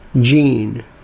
gene